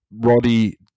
Roddy